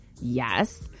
Yes